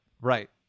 right